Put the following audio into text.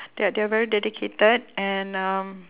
that they are very dedicated and um